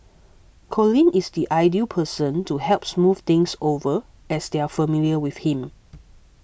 Colin is the ideal person to help smooth things over as they are familiar with him